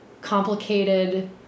complicated